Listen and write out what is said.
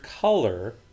color